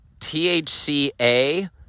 thca